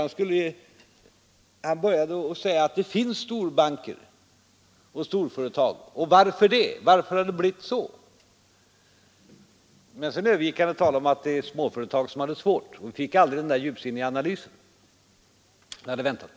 Han började nämligen med att säga att det finns storbanker och storföretag och frågade: Varför har det blivit så? Men sedan övergick han till att säga att många småföretag har det svårt, och vi fick aldrig höra den där djupsinniga analysen som vi väntade på.